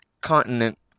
continent